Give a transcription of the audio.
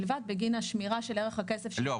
בלבד בגין השמירה של ערך הכסף של --- לא,